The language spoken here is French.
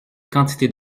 quantité